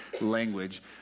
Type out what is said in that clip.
language